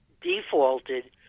defaulted